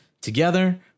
Together